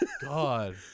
God